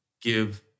give